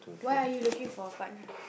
why are you looking for a partner